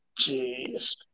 Jeez